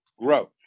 growth